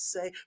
Say